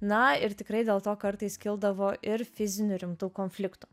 na ir tikrai dėl to kartais kildavo ir fizinių rimtų konfliktų